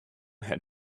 had